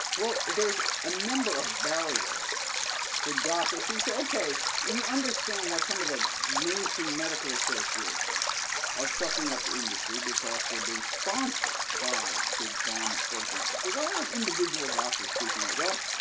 well, there's a number of barriers for doctors see, we say ok, we understand why some of the mainstream medical associations are sucking up to industry because they're being sponsored by big pharma, for example. but why aren't individual doctors speaking out? well,